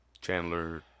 Chandler